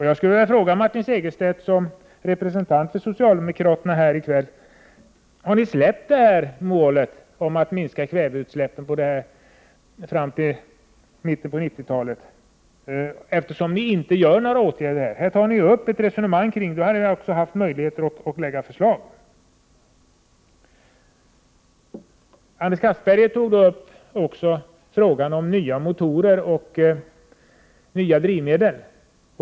Jag skulle vilja fråga Martin Segerstedt, som representerar socialdemokraterna här i kväll: Har ni övergett målet att uppnå en minskning av kväveutsläppen fram till mitten av 90-talet? Ni vidtar ju inga åtgärder. Ändå tar ni upp ett resonemang i dessa frågor. Således har ni väl haft möjligheter att lägga fram förslag. Anders Castberger tog upp frågan om nya motorer och nya drivmedel.